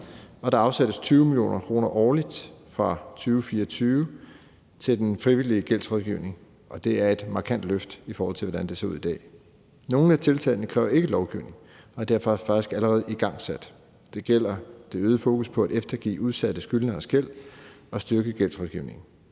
der afsættes 20 mio. kr. årligt fra 2024 til den frivillige gældsrådgivning, og det er et markant løft, i forhold til hvordan det ser ud i dag. Nogle af tiltagene kræver ikke lovgivning og er derfor faktisk allerede igangsat. Det gælder det øgede fokus på at eftergive udsatte skyldneres gæld og styrke gældsrådgivningen.